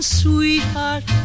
sweetheart